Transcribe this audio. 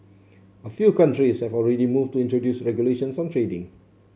a few countries have already moved to introduce regulations on trading